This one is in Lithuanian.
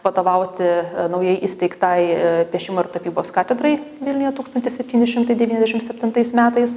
vadovauti naujai įsteigtai piešimo ir tapybos katedrai vilniuje tūkstantis septyni šimtai devyniasdešim septintais metais